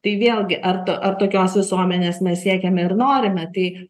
tai vėlgi ar to ar tokios visuomenės mes siekiame ir norime tai